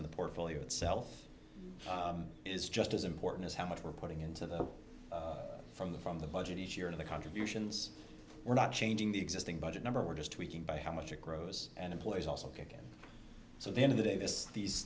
of the portfolio itself is just as important as how much we're putting into the from the from the budget each year in the contributions we're not changing the existing budget number we're just tweaking by how much it grows and employees also kick in so the end of the day this these